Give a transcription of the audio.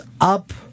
up